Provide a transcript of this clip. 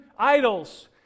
Idols